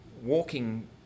walking